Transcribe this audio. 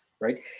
Right